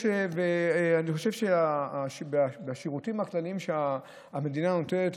אני חושב שבשירותים הכלליים שהמדינה נותנת,